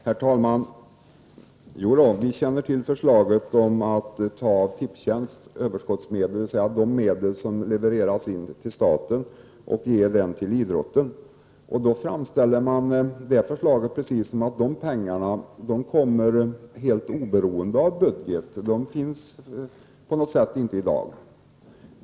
Herr talman! Ja, vi känner till förslaget om att ta av Tipstjänsts överskottsmedel, dvs. de medel som levereras in till staten, och ge dem till idrotten. Det förslaget framställer man precis som om de pengarna kommer helt oberoende av budgeten, som om de på något sätt inte finns i dag.